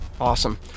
Awesome